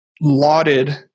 lauded